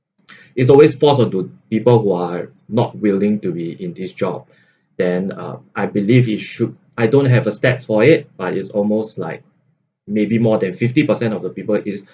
it's always forced onto people who are not willing to be in this job then uh I believe it should I don't have a stats for it but it's almost like may be more than fifty percent of the people is